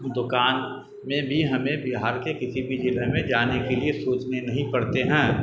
دوکان میں بھی ہمیں بہار کے کسی بھی ضلع میں جانے کے لیے سوچنے نہیں پڑتے ہیں